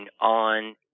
on